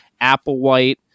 Applewhite